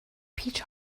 peach